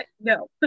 no